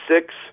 six